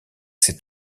cet